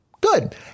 Good